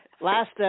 Last